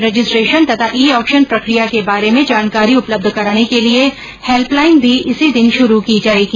registration तथा e auction प्रक्रिया के बारे में जानेकारी उपलब्ध कराने के लिये हैल्पलाईन भी इसी दिन शुरू की जायेगी